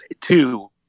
two